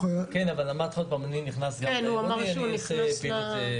כן, אבל אמרתי לך שאני עושה גם פעילות אחרת.